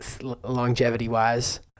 longevity-wise